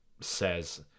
says